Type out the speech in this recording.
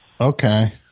Okay